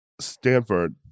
Stanford